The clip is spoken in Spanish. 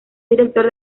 director